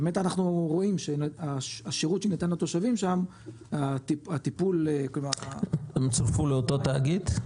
באמת אנחנו רואים שהשירות שניתן לתושבים שם -- הם צורפו לאותו תאגיד?